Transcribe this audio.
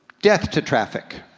death to traffic!